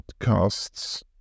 podcasts